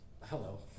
hello